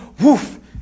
woof